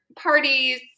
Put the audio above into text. parties